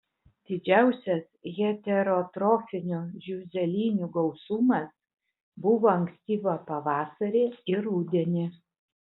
didžiausias heterotrofinių žiuželinių gausumas buvo ankstyvą pavasarį ir rudenį